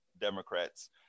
Democrats